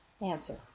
Answer